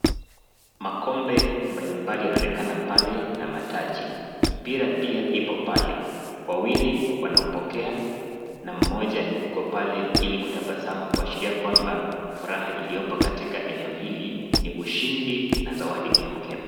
Makombe mbali mbali yanaonekana pale na mataji. Mipira pia ipo pale. Wawili wanaupokea na mmoja yuko pale ili kutabasamu, kuashiria kwamba furaha iliopo katika eneo hili ni ushindi na zawadi kemkem.